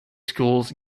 schools